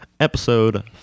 Episode